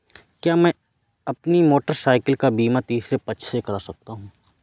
क्या मैं अपनी मोटरसाइकिल का बीमा तीसरे पक्ष से करा सकता हूँ?